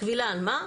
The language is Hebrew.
קבילה על מה?